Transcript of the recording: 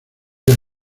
del